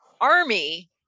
army